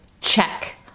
Check